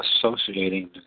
associating